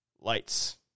Lights